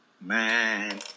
Man